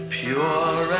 pure